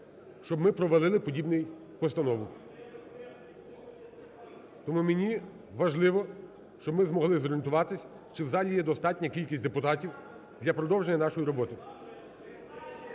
щоб ми провалили подібну постанову. Тому мені важливо, щоб ми змогли зорієнтуватись, чи в залі є достатня кількість депутатів для продовження нашої роботи.